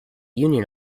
union